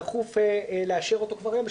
דחוף לאשר אותו כבר היום,